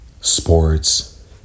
sports